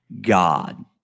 God